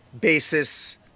basis